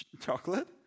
Chocolate